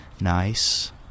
nice